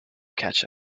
catch